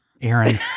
Aaron